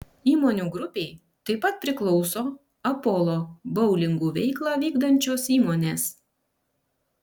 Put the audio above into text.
įmonių grupei taip pat priklauso apolo boulingų veiklą vykdančios įmonės